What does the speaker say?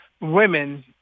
women